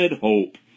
hope